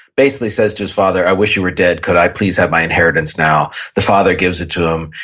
basically says to his father, i wish you were dead, could i please have my inheritance now? the father gives it to him.